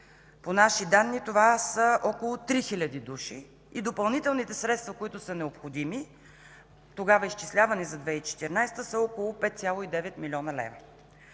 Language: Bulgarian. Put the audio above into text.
По наши данни това са около три хиляди души и допълнителните средства, които са необходими, тогава изчислявани за 2014 г., са около 5,9 млн. лв.